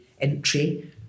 entry